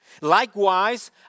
Likewise